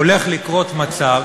הולך לקרות מצב